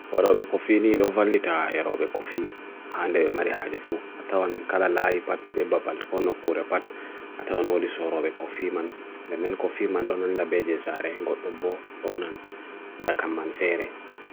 Do vallira wadugo njarateedam guldam.